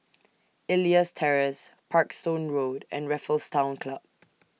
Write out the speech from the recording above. Elias Terrace Parkstone Road and Raffles Town Club